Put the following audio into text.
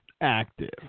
active